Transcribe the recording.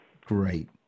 Great